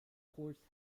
horse